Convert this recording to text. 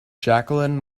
jacqueline